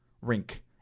rink